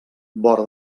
vora